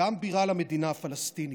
גם בירה למדינה הפלסטינית.